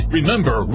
Remember